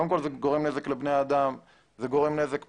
זה גורם נזק לבני אדם, זה גורם נזק ביו"ש,